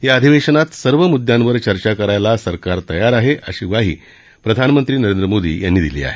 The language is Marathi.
या अधिवेशनात सर्व मुद्द्यांवर चर्चा करायला सरकार तयार आहे अशी घोषणा प्रधानमंत्री नरेंद्र मोदी यांनी केली आहे